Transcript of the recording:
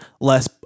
less